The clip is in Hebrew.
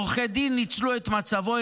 עורכי דין ניצלו את מצבו,